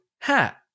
hat